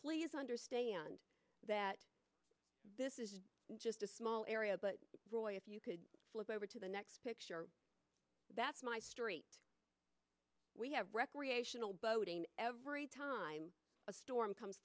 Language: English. please understand that this is just a small area but roy if you could look over to the next picture that's my story we have recreational boating every time a storm comes